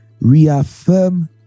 reaffirm